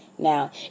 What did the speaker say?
now